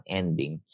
ending